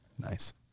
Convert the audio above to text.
Nice